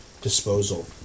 disposal